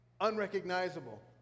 unrecognizable